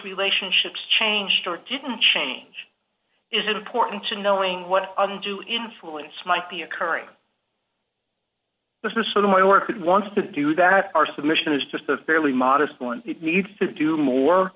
relationships changed or didn't change is important to knowing what influence might be occurring this is sort of my work and wants to do that our submission is just a fairly modest one needs to do more